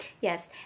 yes